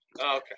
okay